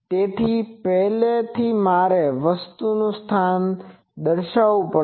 તેથી પહેલા મારે તે વસ્તુનુ સ્થાન દર્શાવવુ પડશે